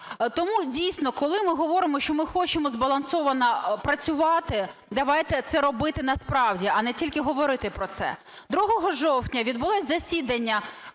Тому, дійсно, коли ми говоримо, що ми хочемо збалансовано працювати, давайте це робити насправді, а не тільки говорити про це. 2 жовтня відбулось засідання